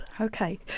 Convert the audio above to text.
Okay